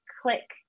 click